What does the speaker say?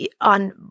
on